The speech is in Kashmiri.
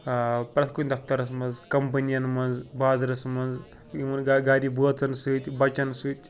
پرٛٮ۪تھ کُنہِ دَفتَرَس منٛز کَمپٔنِیَن منٛز بازٕرَس منٛز یِمَن گہ گَرِ بٲژَن سۭتۍ بَچَن سۭتۍ